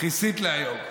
כיסית להיום.